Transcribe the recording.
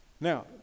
Now